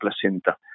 placenta